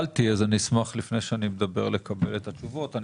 זה לא יכול להיות 15% מן התקציב שלה כי